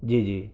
جی جی